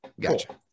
Gotcha